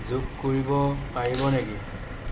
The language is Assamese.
যোগ কৰিব পাৰিব নেকি